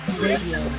radio